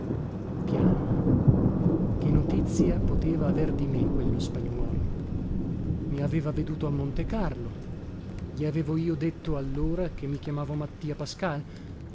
piano che notizia poteva aver di me quello pagnuolo i aveva veduto a montecarlo gli avevo io detto allora che mi chiamavo mattia pascal